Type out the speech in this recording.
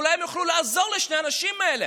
אולי הם יוכלו לעזור לשני האנשים האלה